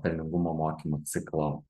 pelningumo mokymų ciklo